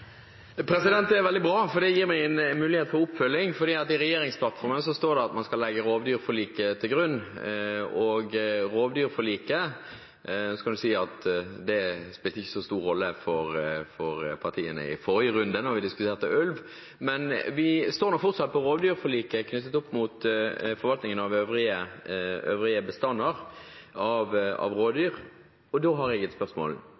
Det er veldig bra, for det gir meg en mulighet til oppfølging. I regjeringsplattformen står det at man skal legge rovdyrforliket til grunn. Man kan si at rovdyrforliket ikke spilte så stor rolle for partiene i forrige runde da vi diskuterte ulv, men vi står nå fortsatt på rovdyrforliket, knyttet opp mot forvaltningen av øvrige bestander av rovdyr. I denne saken åpner man opp for en forsøksordning, og det presses igjennom av